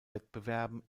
wettbewerben